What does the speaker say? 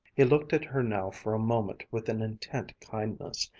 he looked at her now for a moment with an intent kindness,